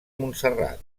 montserrat